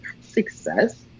success